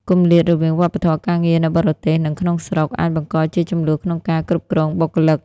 គម្លាតរវាងវប្បធម៌ការងារនៅបរទេស និងក្នុងស្រុក អាចបង្កជាជម្លោះក្នុងការគ្រប់គ្រងបុគ្គលិក។